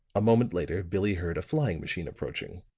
a moment later billie heard a flying-machine approaching.